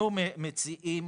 אנחנו מציעים